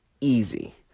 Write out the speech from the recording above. easy